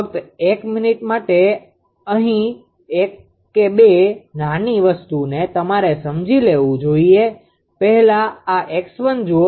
ફક્ત 1 મિનિટ આપણે અહીં એક કે બે નાની વસ્તુને તમારે સમજી લેવું જોઈએ પહેલા આ 𝑥1 જુઓ